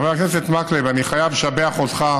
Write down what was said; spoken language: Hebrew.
חבר הכנסת מקלב, אני חייב לשבח אותך